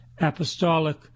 apostolic